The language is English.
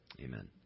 Amen